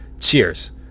Cheers